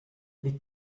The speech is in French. les